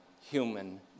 human